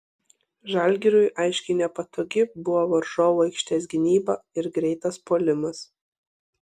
žalgiriui aiškiai nepatogi buvo varžovų aikštės gynyba ir greitas puolimas